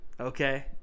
Okay